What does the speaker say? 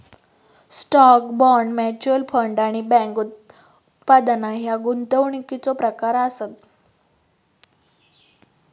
stock, bond, mutual fund आणि bank उत्पादना ह्या गुंतवणुकीचो प्रकार आसत